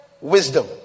wisdom